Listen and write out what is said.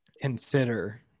consider